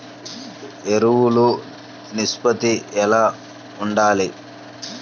ఎరువులు నిష్పత్తి ఎలా ఉండాలి?